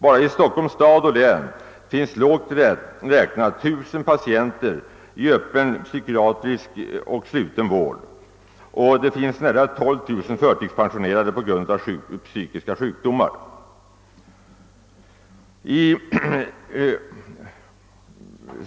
Bara i Stockholms stad och län finns lågt räknat 1000 patienter i öppen och sluten psykiatrisk vård och nära 12 000 som är förtidspensionerade på grund av psykiska sjukdomar.